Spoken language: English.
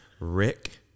Rick